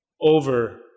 over